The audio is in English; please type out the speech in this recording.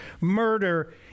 murder